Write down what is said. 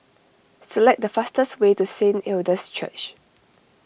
select the fastest way to Saint Hilda's Church